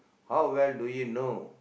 how well do you know